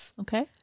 Okay